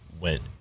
went